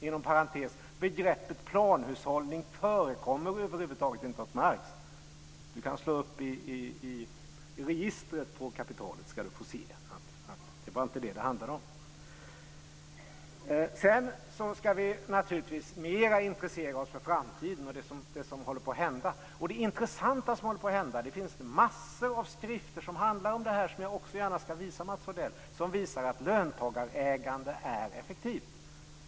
Inom parentes sagt förekommer begreppet planhushållning över huvud taget inte hos Marx. Mats Odell kan slå upp i registret på Kapitalet så ska han få se att det inte är det det handlar om. Naturligtvis ska vi intressera oss mer för framtiden och det som håller på att hända. Det intressanta som håller på att hända - det finns massor av skrifter som handlar om detta, som jag också gärna ska visa Mats Odell - är att löntagarägande visar sig effektivt.